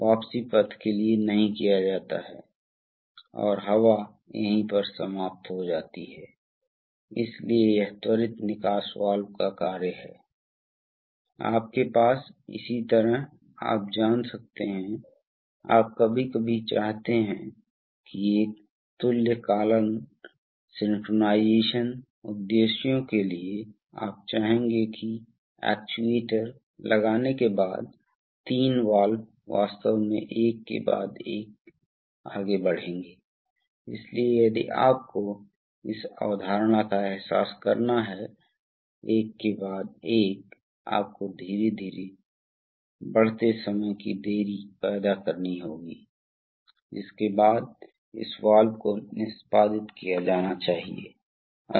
फिर हम हमारे अगले सर्किट पर जाते हैं हम ऐसे कई अनुप्रयोगों को देखने जा रहे हैं इसलिए अगला सर्किट वह है जहां हम फिर से जाना चाहते हैं हम चाहते हैं कि इस मामले में क्या हो रहा था कि पंप मिल रहा था यदि दबाव बढ़ जाता है फिर पंप अनलोड हो जाता है लेकिन अब हम एक अलग चीज चाहते हैं हम उस दबाव का चयन करना चाहते हैं जिसके साथ हम लोड को ड्राइव करना चाहते हैं